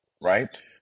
right